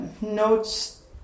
notes